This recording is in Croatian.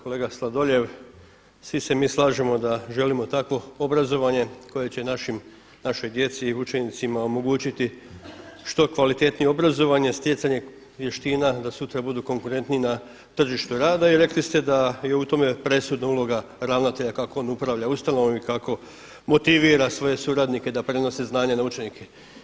Kolega Sladoljev, svi se mi slažemo da želimo takvo obrazovanje koje će našoj djeci i učenicima omogućiti što kvalitetnije obrazovanje, stjecanje vještina da sutra budu konkurentniji na tržištu rada i rekli ste da je u tome presudna uloga ravnatelja kako on upravlja ustanovom i kako motivira svoje suradnike da prenose znanje na učenike.